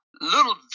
little